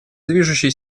движущей